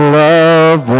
love